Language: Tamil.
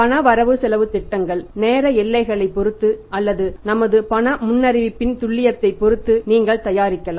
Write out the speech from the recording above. பண வரவுசெலவுத்திட்டங்கள் நேர எல்லைகளைப் பொறுத்து அல்லது நமது பண முன்னறிவிப்பில் துல்லியத்தைப் பொறுத்து நீங்கள் தயாரிக்கலாம்